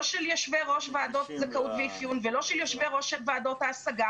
לא של יושבי ראש ועדות זכאות ואפיון ולא של ועדות ההשגה